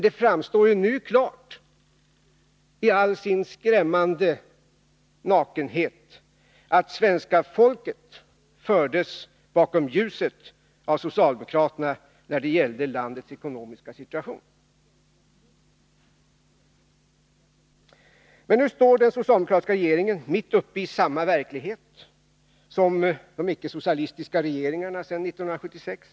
Det framstår nu klart, i all sin skrämmande nakenhet, att svenska folket fördes bakom ljuset av socialdemokraterna när det gällde landets ekonomiska situation. Men nu står den socialdemokratiska regeringen mitt uppe i samma verklighet som de icke-socialistiska regeringarna sedan 1976.